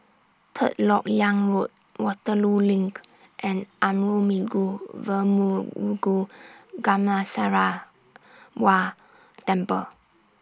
Third Lok Yang Road Waterloo LINK and Arulmigu Gamasarawa Temple